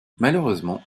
malheureusement